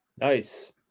Nice